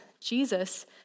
Jesus